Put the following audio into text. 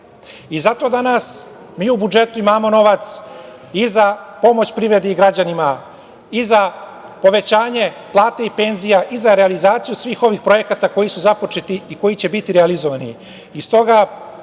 danas mi u budžetu imamo novac i za pomoć privredi i građanima, i za povećanje plata i penzija, i za realizaciju svih ovih projekata koji su započeti i koji će biti realizovani.